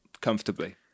Comfortably